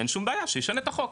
אין שום בעיה שישנה את החוק,